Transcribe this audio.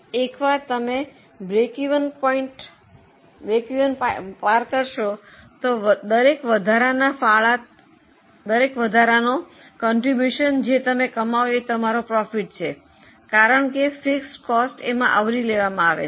એકવાર તમે સમતૂરને પાર કરશો તો દરેક વધારાના ફાળો જે તમે કમાઓ એ તમારો નફા છે કારણ કે સ્થિર ખર્ચ એમાં આવરી લેવામાં આવે છે